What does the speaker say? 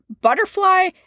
Butterfly